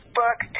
book